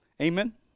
Amen